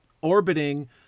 orbiting